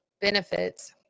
benefits